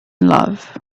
love